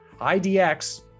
IDX